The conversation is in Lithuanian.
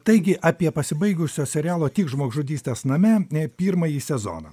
taigi apie pasibaigusio serialo tik žmogžudystės name pirmąjį sezoną